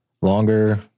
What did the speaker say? longer